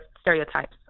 stereotypes